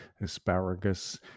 asparagus